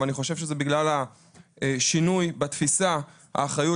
אני חושב שזה בגלל השינוי בתפיסה והאחריות